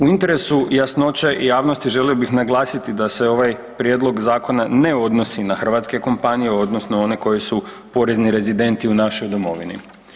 U interesu jasnoće javnosti želio bih naglasiti da se ovaj prijedlog zakona ne odnosi na hrvatske kompanije, odnosno one koje su porezni rezidenti u našoj domovini.